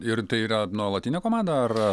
ir tai yra nuolatinė komanda ar